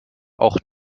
auch